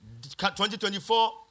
2024